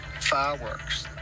fireworks